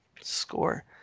Score